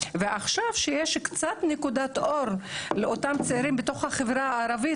ועכשיו כשיש קצת נקודת אור לאותם צעירים בתוך החברה הערבית,